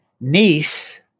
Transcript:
niece